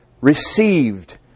received